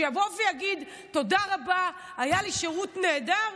שיבוא ויגיד: תודה רבה, היה לי שירות נהדר?